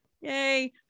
yay